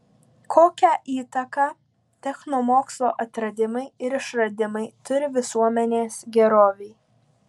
kokią įtaką technomokslo atradimai ir išradimai turi visuomenės gerovei